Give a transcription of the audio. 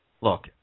look